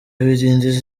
bidindiza